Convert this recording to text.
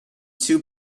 too